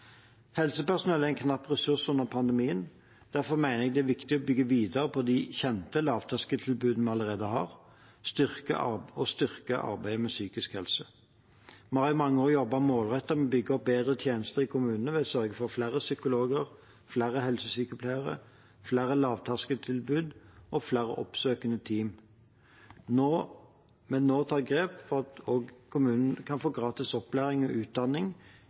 er en knapp ressurs under pandemien. Derfor mener jeg det er viktig å bygge videre på de kjente lavterskeltilbudene vi allerede har, og styrke arbeidet med psykisk helse. Vi har i mange år jobbet målrettet med å bygge opp bedre tjenester i kommunene ved å sørge for flere psykologer, flere helsesykepleiere, flere lavterskeltilbud og flere oppsøkende team. Men nå tar vi grep for at også kommunen kan gi gratis opplæring og utdanning